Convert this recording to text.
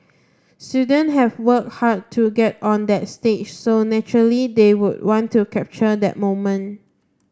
students have worked hard to get on that stage so naturally they would want to capture that moment